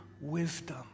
wisdom